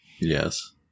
Yes